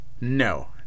No